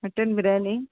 mutton biryani